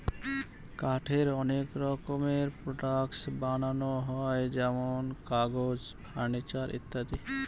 কাঠের অনেক রকমের প্রডাক্টস বানানো হয় যেমন কাগজ, ফার্নিচার ইত্যাদি